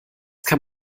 kann